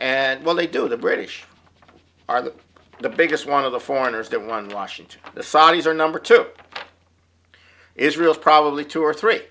and when they do the british are the biggest one of the foreigners that one washington the saudis are number two israel probably two or three